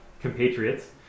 compatriots